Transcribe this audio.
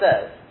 says